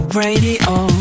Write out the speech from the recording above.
radio